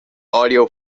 audio